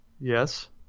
Yes